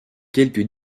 quelques